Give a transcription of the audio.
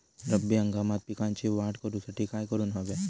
रब्बी हंगामात पिकांची वाढ करूसाठी काय करून हव्या?